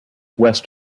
west